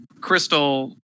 crystal